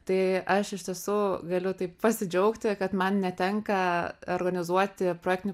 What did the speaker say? tai aš iš tiesų galiu taip pasidžiaugti kad man netenka organizuoti projektinių